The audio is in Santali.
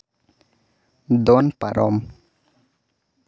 ᱫᱚᱱ ᱯᱟᱨᱚᱢ